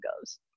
goes